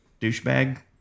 douchebag